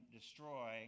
destroy